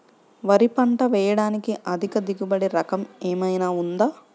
వరి పంట వేయటానికి అధిక దిగుబడి రకం ఏమయినా ఉందా?